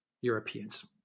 Europeans